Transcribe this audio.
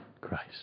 Christ